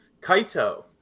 Kaito